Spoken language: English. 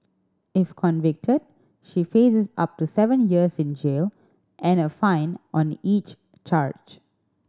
if convicted she faces up to seven years in jail and a fine on each charge